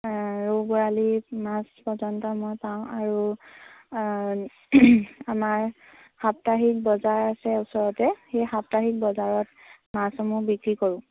ৰৌ বৰালি মাছ পৰ্যন্ত মই পাওঁ আৰু আমাৰ সাপ্তাহিক বজাৰ আছে ওচৰতে সেই সাপ্তাহিক বজাৰত মাছসমূহ বিক্ৰী কৰোঁ